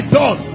done